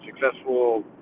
successful